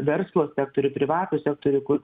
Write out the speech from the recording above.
verslo sektorių privatų sektorių kur